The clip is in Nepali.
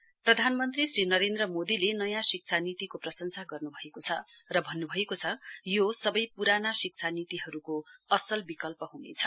पीएम एनईपी प्रधानमन्त्री श्री नरेन्द्र मोदीले नयाँ शिक्षा नीतिको प्रशंसा गर्नुभएको छ र भन्नुभएको छ यो सबै पुरानो शिक्षा नीतिहरुको असल विकल्प हनेछ